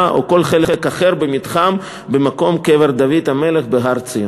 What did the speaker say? או כל חלק אחר במתחם במקום קבר דוד המלך בהר-ציון.